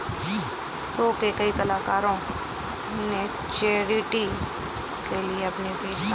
show के कई कलाकारों ने चैरिटी के लिए अपनी फीस दान की